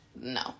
no